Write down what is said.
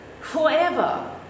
forever